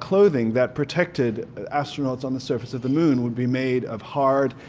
clothing that protected astronauts on the surface of the moon would be made of hard,